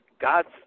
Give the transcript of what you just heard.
God's